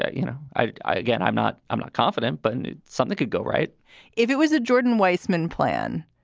ah you know, i again, i'm not i'm not confident, but and something could go right if it was a jordan weissman plan,